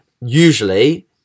usually